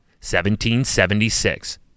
1776